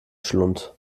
schlund